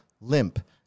limp